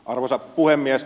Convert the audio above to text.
arvoisa puhemies